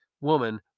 woman